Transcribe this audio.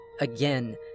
Again